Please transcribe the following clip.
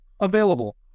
available